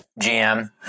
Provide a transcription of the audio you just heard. GM